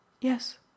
Yes